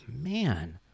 man